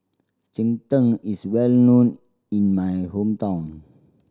cheng tng is well known in my hometown